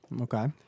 Okay